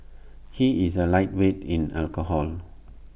he is A lightweight in alcohol